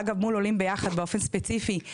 מול עולים ביחד באופן ספציפי,